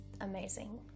amazing